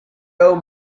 owe